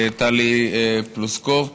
וטלי פלוסקוב,